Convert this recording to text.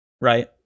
Right